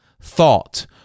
thought